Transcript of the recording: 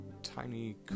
tiny